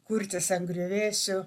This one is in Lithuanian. kurtis ant griuvėsių